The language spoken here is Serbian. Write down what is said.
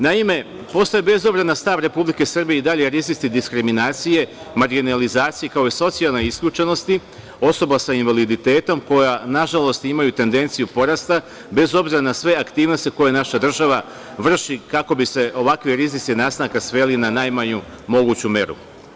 Naime, bez obzira na stav Republike Srbije postoje i dalje rizici diskriminacije, marginalizacije kao i socijalne isključenosti, osoba sa invaliditetom koja nažalost imaju tendenciju porasta bez obzira na sve aktivnosti koje naša država vrši kako bi se ovakvi rizici nastanka sveli na najmanju moguću meru.